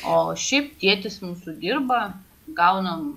o šiaip tėtis mūsų dirba gaunam